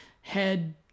head